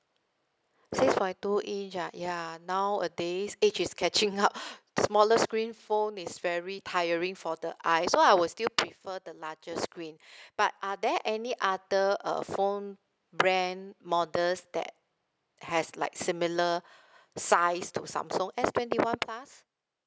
six point two inch ah ya nowadays age is catching up smaller screen phone is very tiring for the eyes so I will still prefer the larger screen but are there any other uh phone brand models that has like similar size to samsung S twenty one plus